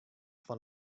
fan